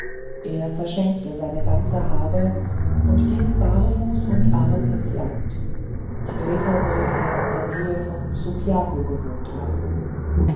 er verschenkte seine ganze habe und ging barfuß und arm ins land später soll er in der nähe von subiaco gewohnt haben